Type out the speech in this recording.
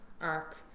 arc